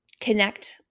connect